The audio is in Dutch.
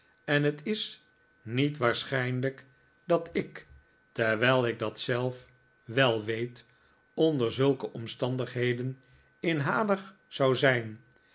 en het is niet waarschijnlijk dat ik ter wijl ik dat zelf wel weet onder zulke omstandigheden inhalig zou zijn